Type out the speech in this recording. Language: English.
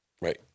Right